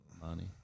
money